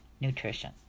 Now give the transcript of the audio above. nutrition